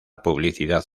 publicidad